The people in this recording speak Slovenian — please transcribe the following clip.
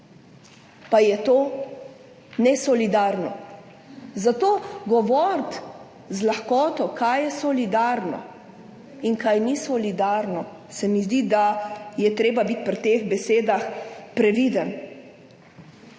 pa je to nesolidarno. Zato z lahkoto govoriti, kaj je solidarno in kaj ni solidarno, se mi zdi, da je treba biti pri teh besedah previden,